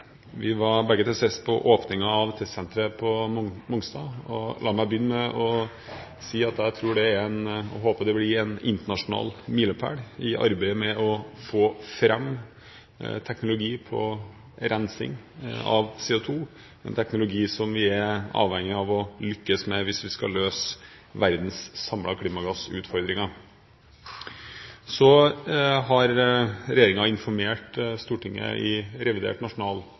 la meg begynne med å si at jeg tror og håper det blir en internasjonal milepæl i arbeidet med å få fram teknologi for rensing av CO2, en teknologi vi er avhengige av å lykkes med hvis vi skal løse verdens samlede klimagassutfordringer. Regjeringen har informert Stortinget i revidert